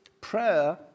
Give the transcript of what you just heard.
Prayer